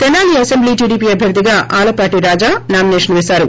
Tenali assembly TDP అభ్యర్థిగా Alapati Raja nomination వేశారు